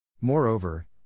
Moreover